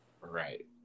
Right